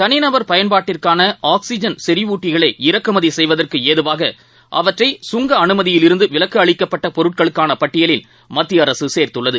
தனிநபர் பயன்பாட்டிற்கான ஆக்ஸிஜன் செறிவூட்டிகளை இறக்குமதி செய்வதற்கு ஏதுவாக அவற்றை கங்க அனுமதியில் இருந்து விலக்கு அளிக்கப்பட்ட பொருட்களுக்கான பட்டியலில் மத்திய அரசு சேர்துள்ளது